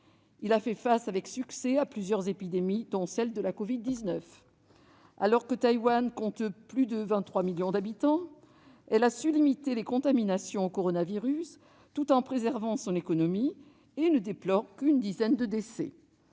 Elle a fait face avec succès à plusieurs épidémies, dont celle de la covid-19. Alors que Taïwan compte plus de 23 millions d'habitants, le pays a su limiter les contaminations tout en préservant son économie : elle ne déplore ainsi qu'une dizaine de décès